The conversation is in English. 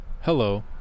Hello